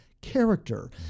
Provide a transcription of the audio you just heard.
character